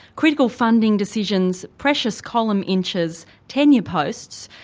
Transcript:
critical funding decisions, precious column inches, tenure posts,